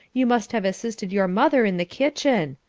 you must have assisted your mother in the kitchen,